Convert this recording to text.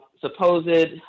supposed